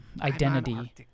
identity